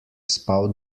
spal